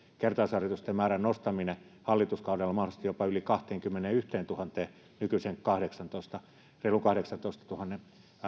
kertausharjoitusten määrän nostaminen hallituskaudella mahdollisesti jopa yli kahteenkymmeneentuhanteen nykyisen reilun kahdeksantoistatuhannen